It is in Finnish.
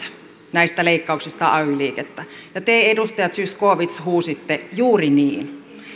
näistä leikkauksista ay liikettä te edustaja zyskowicz huusitte juuri niin ja